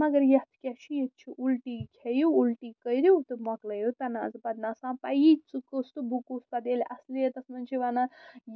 مگر یَتھ کیٛاہ چھُ ییٚتہِ چھُ اُلٹی کھیٚیِو اُلٹی کٔرِو تہٕ مۄکلٲیِو تناظہٕ پتہٕ نہٕ آسان پیی ژٕ کُس تہٕ بہٕ کُس پتہٕ ییٚلہِ اصلِیَتس منٛز چھِ وَنان